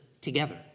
together